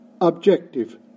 objective